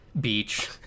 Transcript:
beach